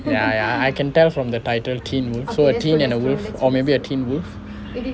ya ya I can tell from the title teen wolf so teen and a wolf or maybe a teen wolf